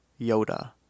yoda